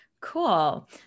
Cool